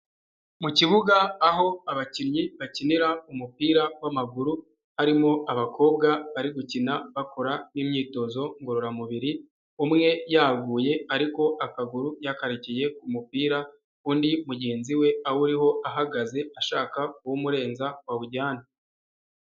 Mu kibuga aho abakinnyi bakinira umupira w'amaguru, harimo abakobwa bari gukina bakora'imyitozo ngororamubiri, umwe yaguye ariko akaguru yakarekeye ku mupira, undi mugenzi we awuriho ahagaze ashaka kuwumurenza ngo awujyane.